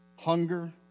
Hunger